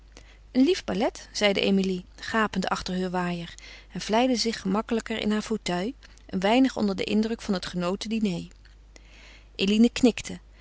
lief ballet zeide emilie gapende achter heur waaier en vlijde zich gemakkelijker in haar fauteuil een weinig onder den indruk van het genoten diner eline knikte